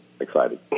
excited